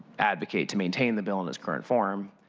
advocate to maintain the bill in its current form,